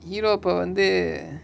hero அப வந்து:apa vanthu